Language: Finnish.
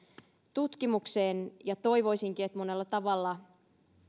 tutkimukseen ja toivoisinkin että monella tavalla